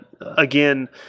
again